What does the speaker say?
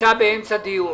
נמצא באמצע דיון.